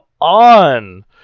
on